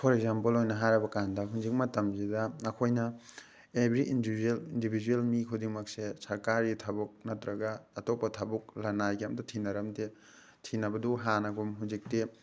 four example ꯑꯣꯏꯅ ꯍꯥꯏꯔꯕ ꯀꯥꯟꯗ ꯍꯧꯖꯤꯛ ꯃꯇꯝꯁꯤꯗ ꯑꯩꯈꯣꯏꯅ ꯑꯦꯕ꯭ꯔꯤ ꯏꯟꯗꯤꯕꯤꯖꯨꯋꯦꯜ ꯏꯟꯗꯤꯕꯤꯖꯨꯋꯦꯜ ꯃꯤ ꯈꯨꯗꯤꯡꯃꯛꯁꯦ ꯁꯔꯀꯥꯔꯒꯤ ꯊꯕꯛ ꯅꯠꯇ꯭ꯔꯒ ꯑꯇꯣꯞꯄ ꯊꯕꯛ ꯂꯅꯥꯏꯒꯤ ꯑꯝꯇ ꯊꯤꯅꯔꯝꯗꯦ ꯊꯤꯅꯕꯗꯨ ꯍꯥꯟꯅꯒꯨꯝ ꯍꯧꯖꯤꯛꯇꯤ